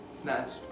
snatched